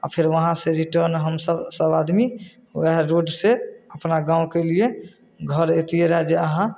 आओर फेर वहाँसँ रिटर्न हमसभ सभ आदमी वएह रोडसँ अपना गामके लिए घर अएतिए रहै जे अहाँ